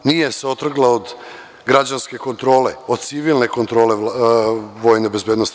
Nije se otrgla od građanske kontrole, od civilne kontrole VBA.